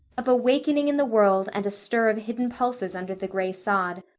of a wakening in the world and a stir of hidden pulses under the gray sod.